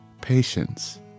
patience